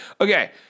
Okay